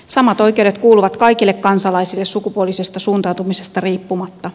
samat oikeudet kuuluvat kaikille kansalaisille sukupuolisesta suuntautumisesta riippumatta